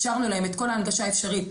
אפשרנו להם את כל ההנגשה האפשרית.